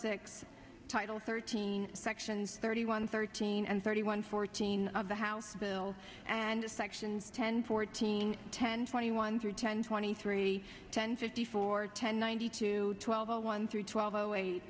six title thirteen sections thirty one thirteen and thirty one fourteen of the house bill and the sections ten fourteen ten twenty one hundred ten twenty three ten fifty four ten ninety two twelve zero one three twelve zero eight